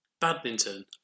badminton